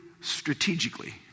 strategically